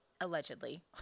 allegedly